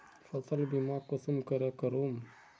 फसल बीमा कुंसम करे करूम?